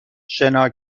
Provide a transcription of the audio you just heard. شنا